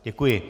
Děkuji.